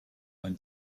when